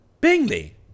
Bingley